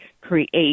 create